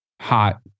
hot